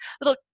little